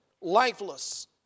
lifeless